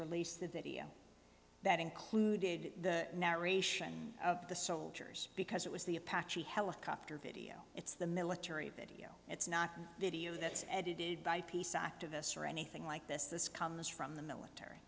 release the video that included the narration of the soldiers because it was the apache helicopter video it's the military video it's not a video that's edited by peace activists or anything like this this comes from the military